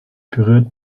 berührt